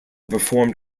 performed